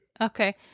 Okay